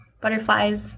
butterflies